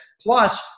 Plus